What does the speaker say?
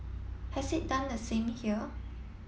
has it done the same here